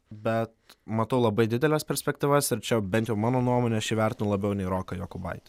bet matau labai dideles perspektyvas ir čia bent jau mano nuomone aš jį vertinu labiau nei roką jokubaitį